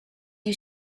you